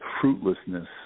Fruitlessness